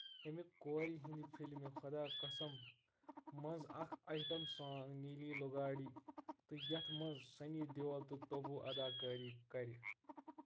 امہِ کوٚر ہِنٛدۍ فِلِم خُدا قسمس منٛز اکھ آیٹم سانٛگ نیٖلی لُگاڑی تہِ یتھ منٛز سٔنی دیول تہٕ تٔبوٗہن اداکٲری کٔر